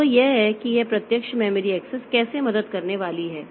तो यह है कि यह प्रत्यक्ष मेमोरी एक्सेस कैसे मदद करने वाली है